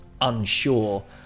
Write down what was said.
unsure